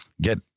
get